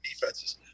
defenses